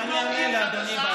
ואני אענה לאדוני בערוץ הכנסת.